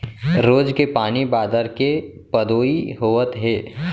रोज के पानी बादर के पदोई होवत हे